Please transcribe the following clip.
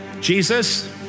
Jesus